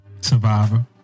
Survivor